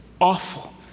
awful